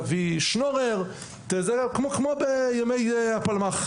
תביא שנורר כמו בימי הפלמ"ח,